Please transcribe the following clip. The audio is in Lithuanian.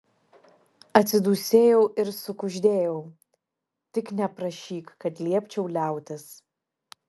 atsidūsėjau ir sukuždėjau tik neprašyk kad liepčiau liautis